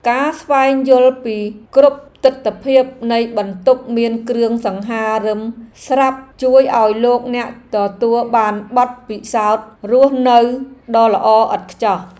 ការស្វែងយល់ពីគ្រប់ទិដ្ឋភាពនៃបន្ទប់មានគ្រឿងសង្ហារិមស្រាប់ជួយឱ្យលោកអ្នកទទួលបានបទពិសោធន៍រស់នៅដ៏ល្អឥតខ្ចោះ។